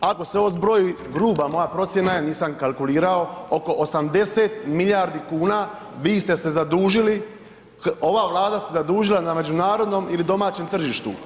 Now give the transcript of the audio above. Ako se ovo zbroji gruba moja procjena je, nisam kalkulirao oko 80 milijardi kuna, vi ste se zadužili, ova Vlada se zadužila na međunarodnom ili domaćem tržištu.